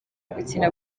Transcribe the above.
gukina